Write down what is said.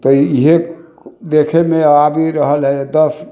तऽ इएहे देखैमे आबि रहल हय दस